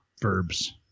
verbs